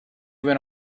went